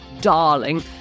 darling